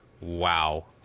wow